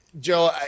Joe